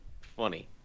Funny